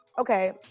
okay